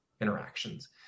interactions